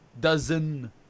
dozen